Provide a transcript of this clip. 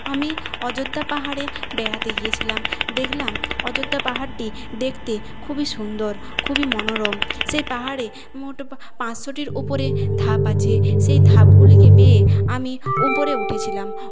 আমি অযোধ্যা পাহাড়ে বেড়াতে গিয়েছিলাম দেখলাম অযোধ্যা পাহাড়টি দেখতে খুবই সুন্দর খুবই মনোরম সেই পাহাড়ে মোট পাঁচশোটির ওপরে ধাপ আছে সেই ধাপগুলিকে বেয়ে আমি ওপরে উঠেছিলাম